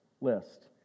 list